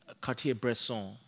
Cartier-Bresson